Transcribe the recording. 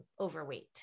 overweight